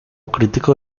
crítico